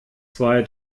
zwei